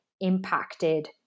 impacted